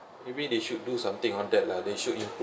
maybe they should do something on that lah they should improve